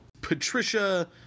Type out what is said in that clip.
Patricia